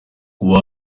kuba